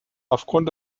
aufgrund